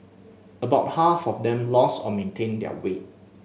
about half of them lost or maintained their weight